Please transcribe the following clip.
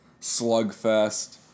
slugfest